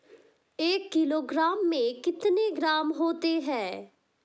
एक किलोग्राम में कितने ग्राम होते हैं?